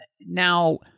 now